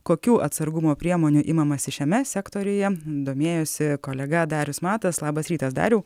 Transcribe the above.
kokių atsargumo priemonių imamasi šiame sektoriuje domėjosi kolega darius matas labas rytas dariau